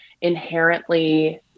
inherently